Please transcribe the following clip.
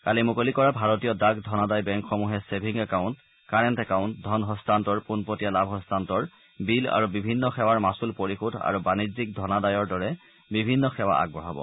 কালি মুকলি কৰা ভাৰতীয় ডাক ধনাদায় বেংকসমূহে ছেভিং একাউণ্ট কাৰেণ্ট একাউণ্ট ধন হস্তান্তৰ পোনপটীয়া লাভ হস্তান্তৰ বিল আৰু বিভিন্ন সেৱাৰ মাচুল পৰিশোধ আৰু বাণিজ্যিক ধনাদায়ৰ দৰে বিভিন্ন সেৱা আগবঢ়াব